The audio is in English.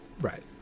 Right